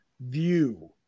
view